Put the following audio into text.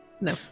No